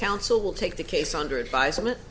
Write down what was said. counsel will take the case under advisement